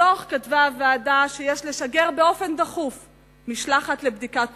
בדוח כתבה הוועדה: "יש לשגר באופן דחוף משלחת לבדיקת עובדות,